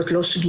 זאת לא שגיאה,